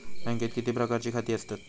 बँकेत किती प्रकारची खाती असतत?